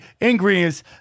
ingredients